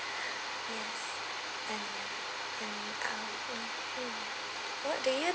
yes and what do you